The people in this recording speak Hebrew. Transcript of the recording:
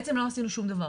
בעצם לא עשינו שום דבר.